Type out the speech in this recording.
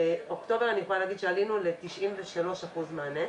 אני יכולה להגיד שבאוקטובר עלינו ל-93 אחוזים מענה.